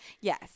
Yes